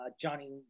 Johnny